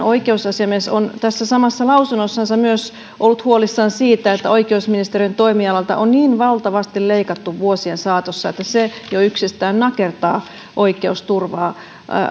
oikeusasiamies on tässä samassa lausunnossaan myös ollut huolissaan siitä että oikeusministe riön toimialalta on niin valtavasti leikattu vuosien saatossa että se jo yksistään nakertaa oikeusturvaa